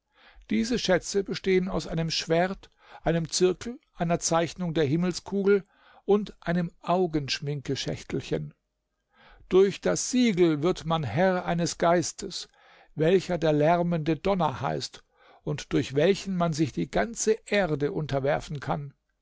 diese schätze bestehen aus einem schwert einem zirkel einer zeichnung der himmelskugel und einem augenschminkeschächtelchen durch das siegel wird man herr eines geistes welcher der lärmende donner heißt und durch welchen man sich die ganze erde unterwerfen kann